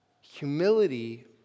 Humility